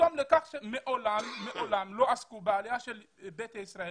סימפטום לכך שמעולם לא עסקו בעלייה של ביתא ישראל